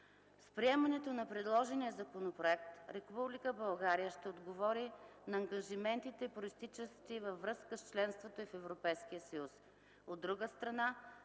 С приемането на предложения законопроект, Република България ще отговори на ангажиментите, произтичащи във връзка с членството й в ЕС.